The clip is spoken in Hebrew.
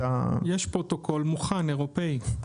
יש פרוטוקול מוכן, אירופאי.